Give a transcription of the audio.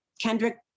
Kendrick